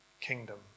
kingdom